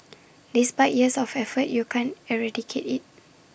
despite years of effort you can't eradicate IT